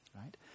Right